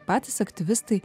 patys aktyvistai